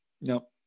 No